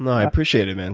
i appreciate it, man.